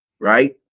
Right